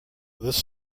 this